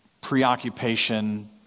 preoccupation